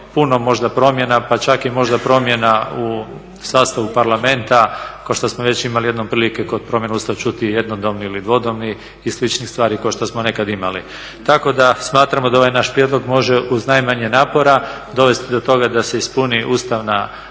puno možda promjena, pa čak i možda promjena u sastavu Parlamenta kao što smo već imali jednom prilike kod promjene Ustava čuti jednodomni ili dvodomni i sličnih stvari kao što smo nekad imali. Tako da smatramo da ovaj naš prijedlog može uz najmanje napora dovesti do toga da se ispuni ustavna,